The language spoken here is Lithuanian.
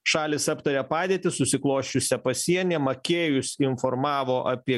šalys aptarė padėtį susiklosčiusią pasieny makėjus informavo apie